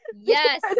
Yes